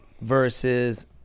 versus